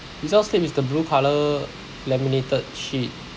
result slip is the blue colour laminated sheet